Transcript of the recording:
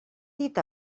dit